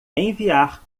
enviar